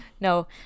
no